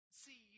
see